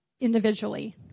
individually